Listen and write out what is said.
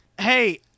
hey